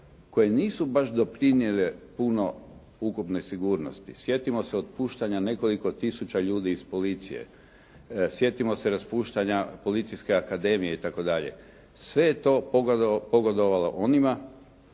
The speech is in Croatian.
koje nisu baš doprinijele puno ukupnoj sigurnosti. Sjetimo se otpuštanja nekoliko tisuća ljudi iz policije. Sjetimo se raspuštanja Policijske akademije itd. Sve je to pogodovalo onima